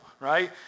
right